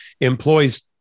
employs